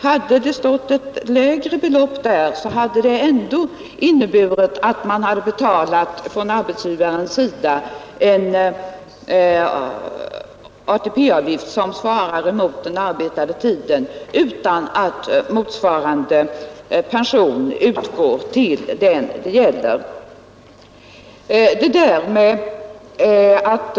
Hade det angivits ett lägre belopp där skulle det ändå ha inneburit att arbetsgivaren fått betala en ATP-avgift som svarade mot den tid vederbörande arbetat utan att motsvarande pension skulle utgå till den som utfört arbetet.